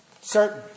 Certain